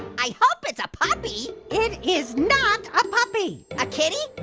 i hope it's a puppy. it is not a puppy. a kitty?